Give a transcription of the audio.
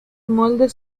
moldes